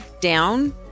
down